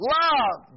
love